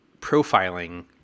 profiling